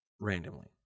randomly